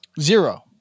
Zero